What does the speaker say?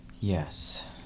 Yes